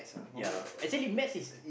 ya actually maths is